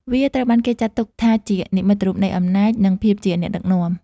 វាត្រូវបានគេចាត់ទុកថាជានិមិត្តរូបនៃអំណាច និងភាពជាអ្នកដឹកនាំ។